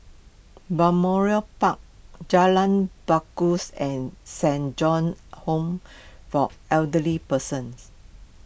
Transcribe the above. Balmoral Park Jalan Bangaus and Saint John's Home for Elderly Persons